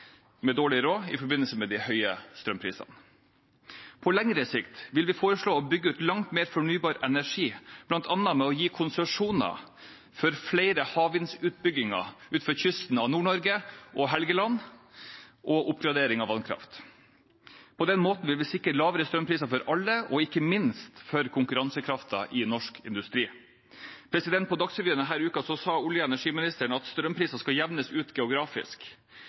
med dårlig råd i forbindelse med de høye strømprisene. På lengre sikt vil vi foreslå å bygge ut langt mer fornybar energi, bl.a. ved å gi konsesjoner for flere havvindutbygginger utenfor kysten av Nord-Norge og Helgeland og ved oppgradering av vannkraft. På den måten vil vi sikre lavere strømpriser for alle, og ikke minst er det bra for konkurransekraften til norsk industri. På Dagsrevyen denne uken sa olje- og energiministeren at strømprisene skal jevnes ut geografisk,